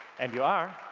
and you are,